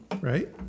right